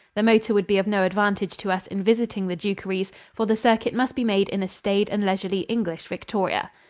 the motor would be of no advantage to us in visiting the dukeries, for the circuit must be made in a staid and leisurely english victoria.